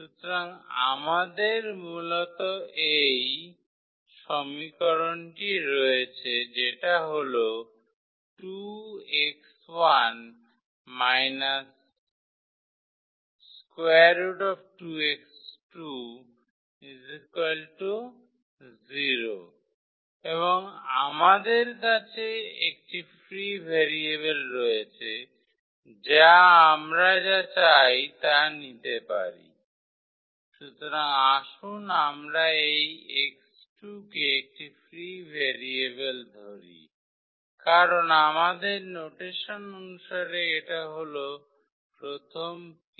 সুতরাং আমাদের মূলত এই প্রথম সমীকরণটি রয়েছে যেটা হল 2 𝑥1 − √2𝑥2 0 এবং আমাদের কাছে একটি ফ্রি ভেরিয়েবল রয়েছে যা আমরা যা চাই তা নিতে পারি সুতরাং আসুন আমরা এই 𝑥2 কে একটি ফ্রি ভেরিয়েবল ধরি কারণ আমাদের নোটেসন অনুসারে এটা হল প্রথম p